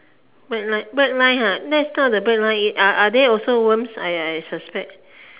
black line black line ha that's not the black lines are are they also worms I suspect